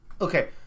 okay